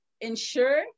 ensure